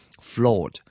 flawed